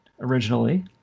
originally